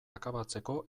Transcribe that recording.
akabatzeko